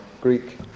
Greek